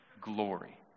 glory